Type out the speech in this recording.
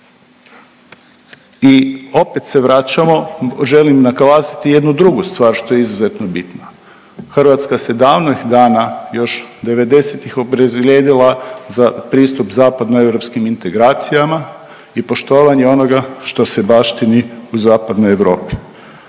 i opet se vraćamo, želim naglasiti jednu drugu stvar što je izuzetno bitna. Hrvatska se davnih dana još 90-ih opredijelila za pristup zapadno europskim integracijama i poštovanje onoga što se baštini u zapadnoj Europi.